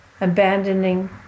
abandoning